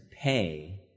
pay